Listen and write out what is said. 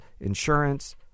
insurance